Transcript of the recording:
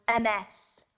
MS